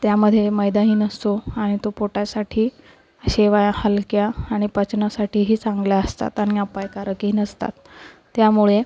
त्यामध्ये मैदाही नसतो आणि तो पोटासाठी शेवया हलक्या आणि पचनासाठीही चांगल्या असतात आणि अपायकारकही नसतात त्यामुळे